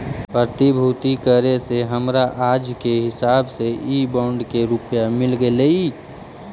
प्रतिभूति करे से हमरा आज के हिसाब से इ बॉन्ड के रुपया मिल गेलइ